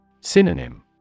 Synonym